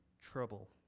trouble